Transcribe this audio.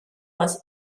was